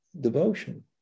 devotion